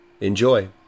Enjoy